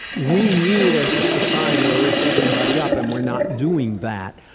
we need, as a society, to lift everybody up, and we're not doing that.